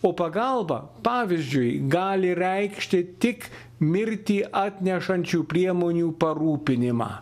o pagalba pavyzdžiui gali reikšti tik mirtį atnešančių priemonių parūpinimą